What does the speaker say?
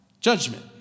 Judgment